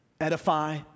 edify